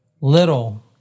little